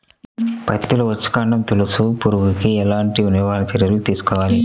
పత్తిలో వచ్చుకాండం తొలుచు పురుగుకి ఎలాంటి నివారణ చర్యలు తీసుకోవాలి?